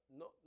no